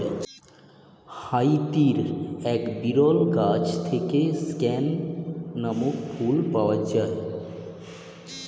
হাইতির এক বিরল গাছ থেকে স্ক্যান নামক ফুল পাওয়া যায়